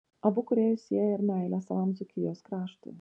abu kūrėjus sieja ir meilė savam dzūkijos kraštui